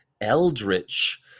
eldritch